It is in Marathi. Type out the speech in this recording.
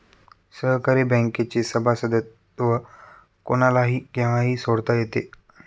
सहकारी बँकेचे सभासदत्व कोणालाही केव्हाही सोडता येते